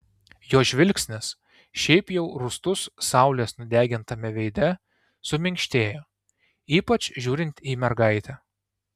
jo žvilgsnis šiaip jau rūstus saulės nudegintame veide suminkštėjo ypač žiūrint į mergaitę